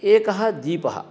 एकः दीपः